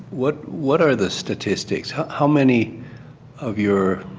what what are the statistics? how how many of your